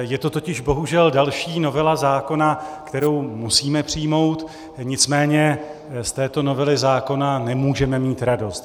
Je to totiž bohužel další novela zákona, kterou musíme přijmout, nicméně z této novely zákona nemůžeme mít radost.